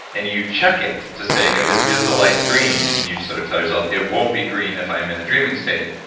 and you check it to say, you know is is the light green? and you sort of tell yourself, it won't be green if i'm in a dreaming state,